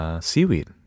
Seaweed